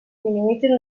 minimitzin